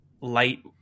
light